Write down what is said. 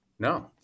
No